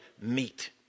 meet